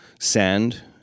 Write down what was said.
sand